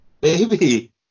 Baby